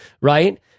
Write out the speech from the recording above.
right